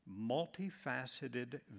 multifaceted